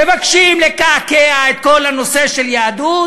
מבקשים לקעקע את כל הנושא של יהדות,